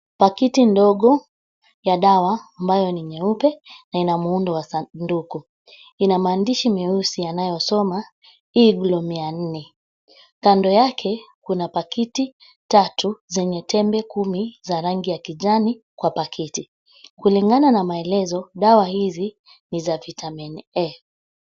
Pakiti ndogo ya dawa ambayo ni nyeupe na ina muundo wa sanduku. Ina maandishi meusi yanayosoma, Eglow mia nne. Kando yake, kuna pakiti tatu zenye tembe kumi za rangi ya kijani kwa pakiti. Kulingana na maelezo, dawa hizi ni za vitamin A .